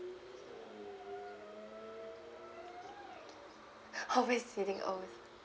always exceeding always